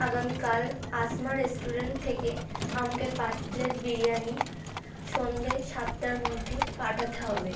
আগামীকাল আসমা রেস্টুরেন্ট থেকে আমাকে পাঁচ প্লেট বিরিয়ানি সন্ধ্যে সাতটার মধ্যে পাঠাতে হবে